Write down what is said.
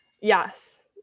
Yes